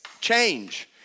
change